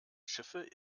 schiffe